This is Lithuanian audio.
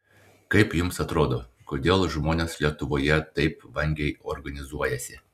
kaip jums atrodo kodėl žmonės lietuvoje taip vangiai organizuojasi